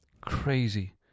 Crazy